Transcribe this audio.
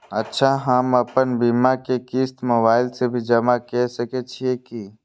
अच्छा हम आपन बीमा के क़िस्त मोबाइल से भी जमा के सकै छीयै की?